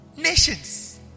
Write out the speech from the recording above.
nations